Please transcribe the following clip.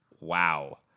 Wow